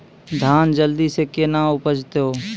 धान जल्दी से के ना उपज तो?